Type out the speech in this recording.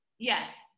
Yes